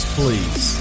please